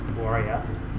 warrior